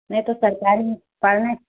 में तो सरकारी में पढ़ें